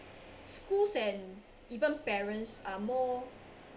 schools and even parents are more